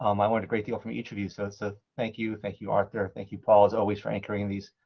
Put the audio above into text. um i learned a great deal from each of you. so that's a thank you. thank you, arthur. thank you, paul, as always, for anchoring these.